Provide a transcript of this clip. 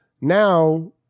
now